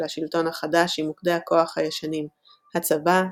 השלטון החדש עם מוקדי הכוח הישנים – הצבא,